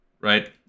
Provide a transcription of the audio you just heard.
Right